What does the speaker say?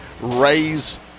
raise